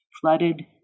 flooded